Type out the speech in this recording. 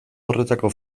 horretako